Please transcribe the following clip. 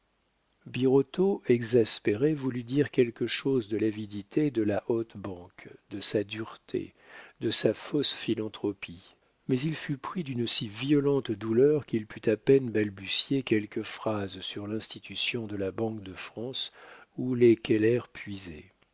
birotteau exaspéré voulut dire quelque chose de l'avidité de la haute banque de sa dureté de sa fausse philanthropie mais il fut pris d'une si violente douleur qu'il put à peine balbutier quelques phrases sur l'institution de la banque de france où les keller puisaient